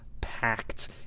packed